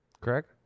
Correct